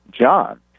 John